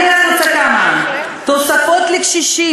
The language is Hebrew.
אני רוצה רק כמה: תוספות לקשישים,